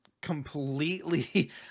completely